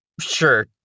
sure